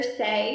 say